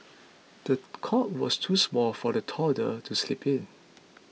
the cot was too small for the toddler to sleep in